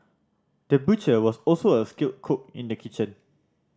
the butcher was also a skilled cook in the kitchen